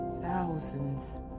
thousands